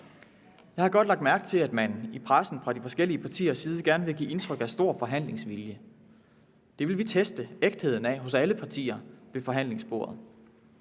Jeg har godt lagt mærke til, at man i pressen fra de forskellige partiers side gerne vil give indtryk af stor forhandlingsvilje. Det vil vi teste ægtheden af hos alle partier ved forhandlingsbordet,